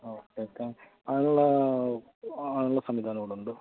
ആ okay okay അതിനുള്ള അതിനുള്ള സംവിധാനം ഇവിടുണ്ട്